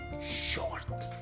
short